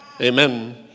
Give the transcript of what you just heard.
Amen